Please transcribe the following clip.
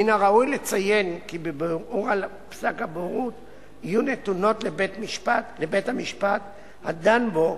מן הראוי לציין כי בערעור על פסק הבוררות יהיו נתונות לבית-המשפט הדן בו